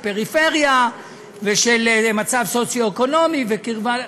של פריפריה ושל מצב סוציו-אקונומי וקרבה,